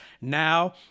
Now